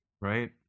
Right